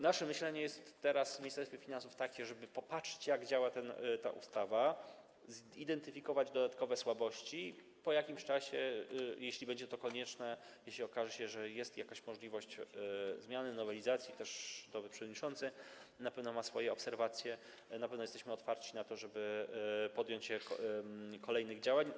Nasze myślenie jako Ministerstwa Finansów jest teraz takie, żeby popatrzeć, jak działa ta ustawa, zidentyfikować dodatkowe słabości i po jakimś czasie, jeśli będzie to konieczne, jeśli okaże się, że jest jakaś możliwość zmiany, nowelizacji - nowy przewodniczący na pewno ma swoje obserwacje - i na pewno będziemy otwarci na to, żeby podjąć się kolejnych działań.